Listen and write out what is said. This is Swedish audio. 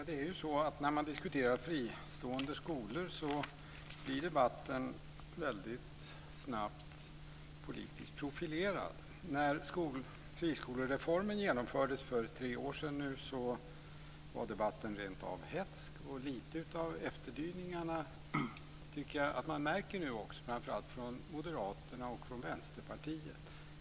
Herr talman! När man diskuterar fristående skolor blir debatten väldigt snabbt politiskt profilerad. När friskolereformen genomfördes för tre år sedan var debatten rent av hätsk. Och lite av efterdyningarna tycker jag att man märker nu också, framför allt från moderaterna och vänsterpartisterna.